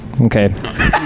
Okay